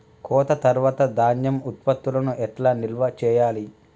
కోత తర్వాత ధాన్యం ఉత్పత్తులను ఎట్లా నిల్వ చేయాలి?